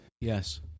Yes